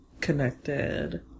connected